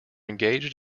engaged